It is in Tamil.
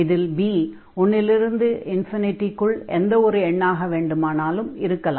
இதில் b 1 இல் இருந்து க்குள் எந்த ஓர் எண்ணாக வேண்டுமானாலும் இருக்கலாம்